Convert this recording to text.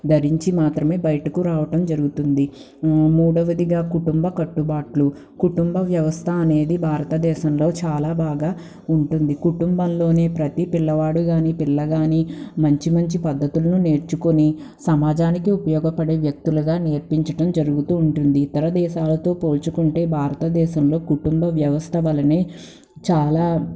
ధరించి మాత్రమే బయటకు రావడం జరుగుతుంది మూడవదిగా కుటుంబ కట్టుబాట్లు కుటుంబ వ్యవస్థ అనేది భారతదేశంలో చాలా బాగా ఉంటుంది కుటుంబంలోనే ప్రతి పిల్లవాడు గాని పిల్లగాని మంచి మంచి పద్ధతులు నేర్చుకుని సమాజానికి ఉపయోగపడే వ్యక్తులుగా నేర్పించడం జరుగుతూ ఉంటుంది ఇతర దేశాలతో పోల్చుకుంటే భారతదేశంలో కుటుంబ వ్యవస్థ వలనే చాలా